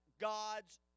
God's